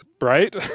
right